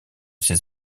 ses